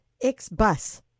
X-Bus